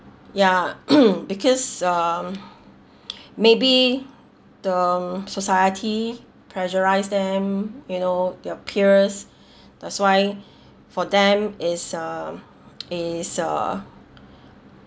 ya because um maybe the society pressurise them you know your peers that's why for them is um is a